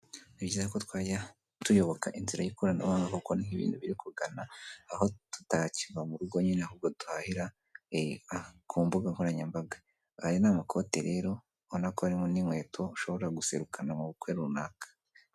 Ni byiza ko twajya tuyoboka inzira y'ikoranabuhanga kuko nho ibintu biri kugana, aho tutakiva mu rugo nyine ahubwo duhahira, ku mbuga nkoranyambagaba. Aya ni amakote rero, ubonako harimo n'inkweto ushobora guserukana mu bukwe runaka.